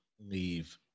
leave